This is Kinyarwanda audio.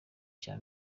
cya